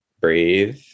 breathe